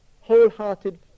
wholehearted